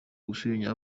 gusenya